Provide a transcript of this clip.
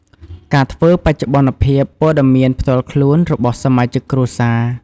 ការធ្វើបច្ចុប្បន្នភាពព័ត៌មានផ្ទាល់ខ្លួនរបស់សមាជិកគ្រួសារ។